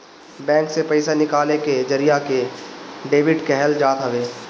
bank से पईसा निकाले के जरिया के डेबिट कहल जात हवे